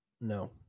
no